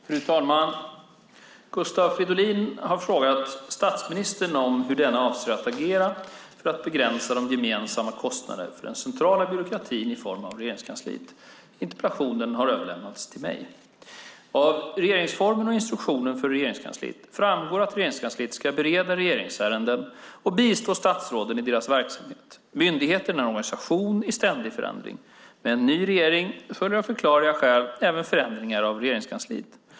Fru talman! Gustav Fridolin har frågat statsministern om hur denne avser att agera för att begränsa de gemensamma kostnaderna för den centrala byråkratin i form av Regeringskansliet. Interpellationen har överlämnats till mig. Av regeringsformen och instruktionen för Regeringskansliet framgår att Regeringskansliet ska bereda regeringsärenden och bistå statsråden i deras verksamhet. Myndigheten är en organisation i ständig förändring. Med en ny regering följer av förklarliga skäl även förändringar av Regeringskansliet.